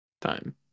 time